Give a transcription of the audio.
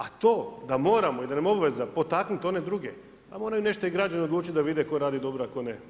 A to da moramo i da nam je obaveza potaknuti one druge, a moraju nešto i građani odlučiti da vide tko radi dobro a tko ne.